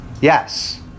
Yes